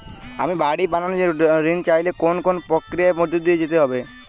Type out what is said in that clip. আমি বাড়ি বানানোর ঋণ চাইলে কোন কোন প্রক্রিয়ার মধ্যে দিয়ে যেতে হবে?